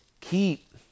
keep